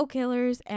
Killers